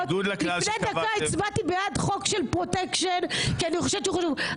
לפני דקה הצבעתי בעד חוק של פרוטקשן כי אני חושבת שהוא חשוב.